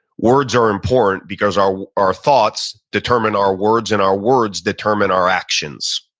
words are important because our our thoughts determine our words, and our words determine our actions.